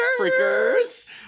Freakers